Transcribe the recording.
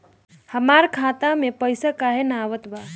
हमरा खाता में पइसा काहे ना आवत बा?